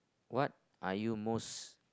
what are you most